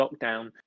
lockdown